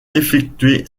effectué